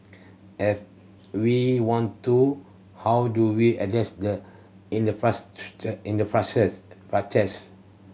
if we want to how do we address the